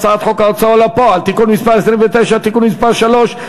הצעת חוק ההוצאה לפועל (תיקון מס' 29) (תיקון מס' 3),